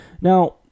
now